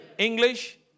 English